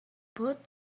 put